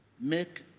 make